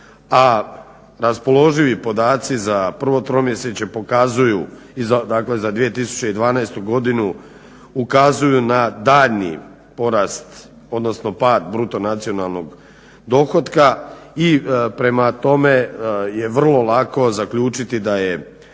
a raspoloživi podaci za prvo tromjesečje pokazuju, dakle za 2012. godinu ukazuju na daljnji porast, pad bruto nacionalnog dohotka i prema tome je vrlo lako zaključiti da je